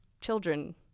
children